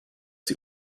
die